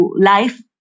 life